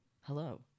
Hello